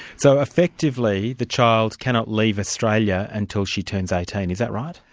so effectively, the child cannot leave australia until she turns eighteen, is that right?